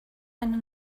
eine